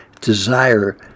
desire